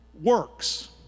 works